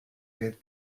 wird